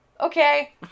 okay